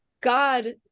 God